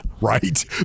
right